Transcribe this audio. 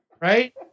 Right